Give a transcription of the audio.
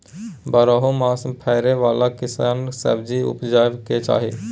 बारहो मास फरै बाला कैसन सब्जी उपजैब के चाही?